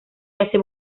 hace